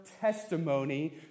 testimony